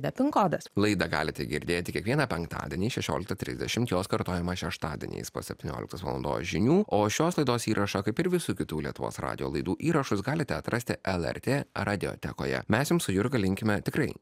bet kodas laidą galite girdėti kiekvieną penktadienį šešiolika trisdešim jos kartojama šeštadieniais po septynioliktos valandos žinių o šios laidos įrašą kaip ir visų kitų lietuvos radijo laidų įrašus galite atrasti lrt radiotekoje mes jums su jurga linkime tikrai